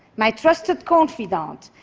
my trusted confidant,